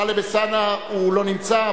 טלב אלסאנע לא נמצא,